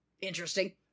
Interesting